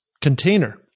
container